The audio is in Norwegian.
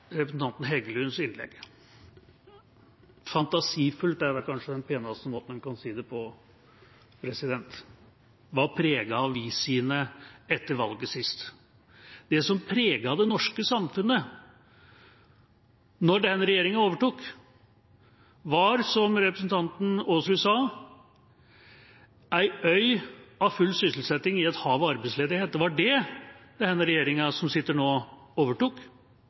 kanskje den peneste måten en kan si det på. Hva preget avissidene etter valget sist? Det som preget det norske samfunnet da denne regjeringa overtok, var, som representanten Aasrud sa, en øy av full sysselsetting i et hav av arbeidsledighet. Det var det denne regjeringa som sitter nå, overtok.